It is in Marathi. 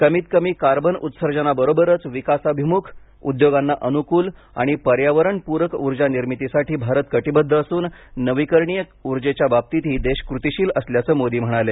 कमीत कमी कार्बन उत्सर्जनाबरोबरच विकासाभिमुख उद्योगांना अनुकूल आणि पर्यावरण पूरक ऊर्जा निमितीसाठी भारत कटिबद्ध असून नवीकरणीय उर्जेच्या बाबतीतही देश कृतीशील असल्याचं मोदी म्हणाले